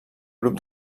grup